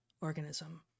organism